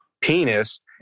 penis